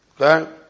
Okay